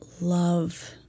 love